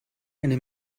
eine